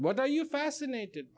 what are you fascinated